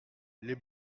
les